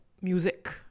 music